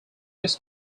this